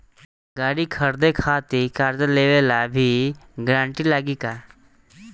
गाड़ी खरीदे खातिर कर्जा लेवे ला भी गारंटी लागी का?